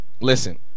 listen